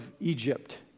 Egypt